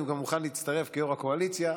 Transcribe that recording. אני גם מוכן להצטרף כיו"ר הקואליציה,